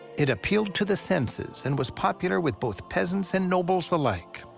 it appealed to the senses. and was popular with both peasants and nobles alike.